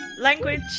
language